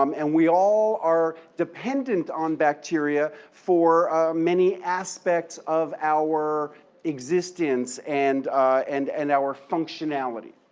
um and we all are dependent on bacteria for many aspects of our existence and and and our functionality.